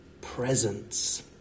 presence